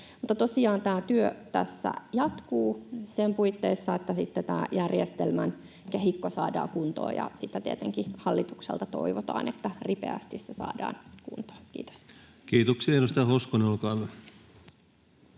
Tosiaan tämä työ tässä jatkuu sen puitteissa, että tämä järjestelmän kehikko saadaan sitten kuntoon, ja sitä tietenkin hallitukselta toivotaan, että ripeästi se saadaan kuntoon. — Kiitos. [Speech 251] Speaker: